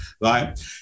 right